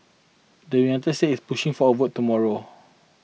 the United States is pushing for a vote tomorrow